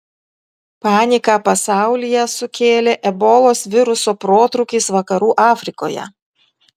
paniką pasaulyje sukėlė ebolos viruso protrūkis vakarų afrikoje